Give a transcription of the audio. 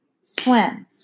Swim